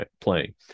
playing